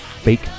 Fake